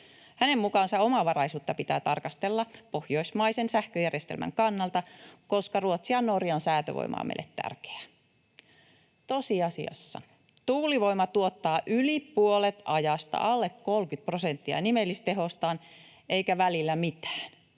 Hänen mukaansa omavaraisuutta pitää tarkastella pohjoismaisen sähköjärjestelmän kannalta, koska Ruotsin ja Norjan säätövoima on meille tärkeää. Tosiasiassa tuulivoima tuottaa yli puolet ajasta alle 30 prosenttia nimellistehostaan eikä välillä mitään,